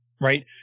right